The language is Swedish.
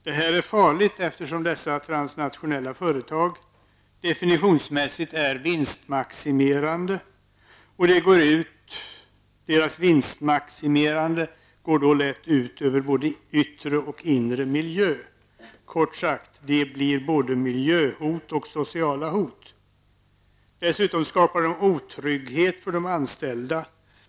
Det här är farligt, eftersom dessa företag definitionsmässigt är vinstmaximerande, och deras vinstmaximerande går lätt ut över både yttre och inre miljö. Kort sagt: De blir både miljöhot och sociala hot. Dessutom skapar de otrygghet för de anställda.